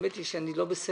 האמת היא שאני לא בסדר.